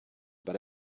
but